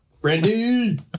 brandy